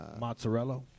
Mozzarella